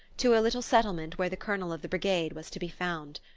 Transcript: to a little settlement where the colonel of the brigade was to be found.